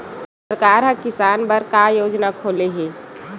सरकार ह किसान बर का योजना खोले हे?